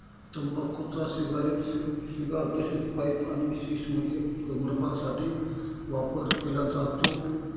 तंबाखूचा cigarette, cigar तसेच pipe आणि शिश मध्ये धूम्रपान साठी वापर केला जातो